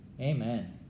amen